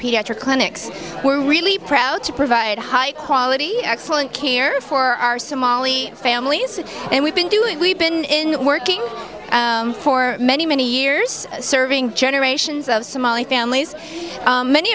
clinics we're really proud to provide high quality excellent care for our somali families and we've been doing we've been working for many many years serving generations of somali families many